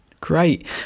Great